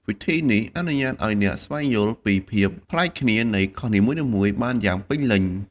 វិធីនេះអនុញ្ញាតឲ្យអ្នកស្វែងយល់ពីភាពប្លែកគ្នានៃកោះនីមួយៗបានយ៉ាងពេញលេញ។